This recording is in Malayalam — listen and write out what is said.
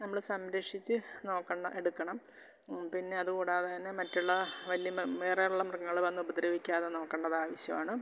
നമ്മൾ സംരക്ഷിച്ച് നോക്കണം എടുക്കണം പിന്നെ അത് കൂടാതെ തന്നെ മറ്റുള്ള വന്യ മ് വേറെയുള്ള മൃഗങ്ങൾ വന്ന് ഉപദ്രവിക്കാതെ നോക്കേണ്ടതാവശ്യവാണ്